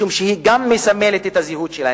משום שהיא גם מסמלת את הזהות שלהם.